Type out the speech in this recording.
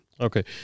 Okay